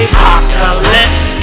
Apocalypse